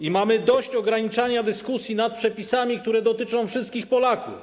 I mamy dość ograniczania dyskusji nad przepisami, które dotyczą wszystkich Polaków.